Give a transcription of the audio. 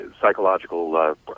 Psychological